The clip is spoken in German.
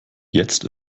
jetzt